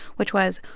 which was,